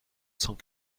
cent